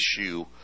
issue